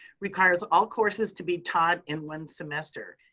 requires all courses to be taught in one semester.